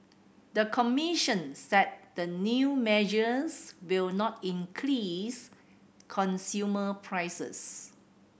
the commission said the new measures will not increase consumer prices